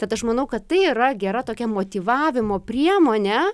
tad aš manau kad tai yra gera tokia motyvavimo priemonė